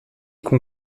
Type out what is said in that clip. qu’on